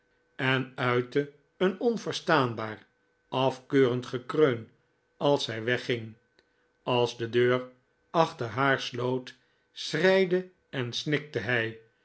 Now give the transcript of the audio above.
en uitte een onverstaanbaar af keurend gekreun als zij wegging als de deur achter haar sloot schreide en snikte hij